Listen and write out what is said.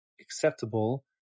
acceptable